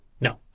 No